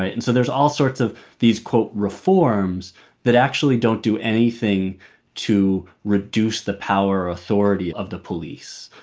and so there's all sorts of these, quote, reforms that actually don't do anything to reduce the power or authority of the police.